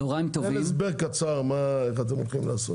תן הסבר קצר איך אתם הולכים לעשות את זה.